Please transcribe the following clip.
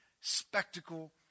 spectacle